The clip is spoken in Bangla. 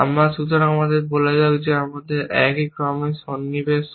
সুতরাং আমাদের বলা যাক যদি আমরা এখানে একই ক্রমে সন্নিবেশ করি